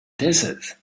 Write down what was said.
desert